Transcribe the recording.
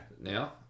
Now